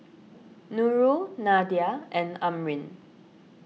Nurul Nadia and Amrin